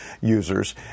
users